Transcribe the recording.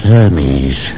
Hermes